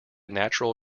natural